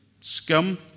scum